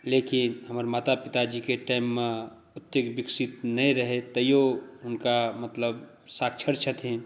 लेकिन हमर माता पिताजीके टाइममे ओतेक विकसित नहि रहय तहियो हुनका मतलब साक्षर छथिन